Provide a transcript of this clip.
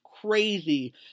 crazy